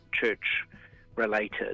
church-related